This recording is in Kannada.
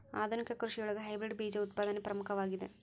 ಆಧುನಿಕ ಕೃಷಿಯೊಳಗ ಹೈಬ್ರಿಡ್ ಬೇಜ ಉತ್ಪಾದನೆ ಪ್ರಮುಖವಾಗಿದೆ